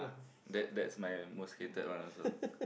that that's my most hated one also